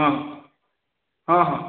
ହଁ ହଁ ହଁ